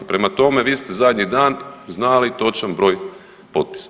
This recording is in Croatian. Prema tome, vi ste zadnji dan znali točan broj potpisa.